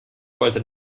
wollte